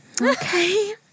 okay